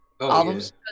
albums